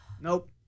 Nope